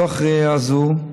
מתוך ראייה זו,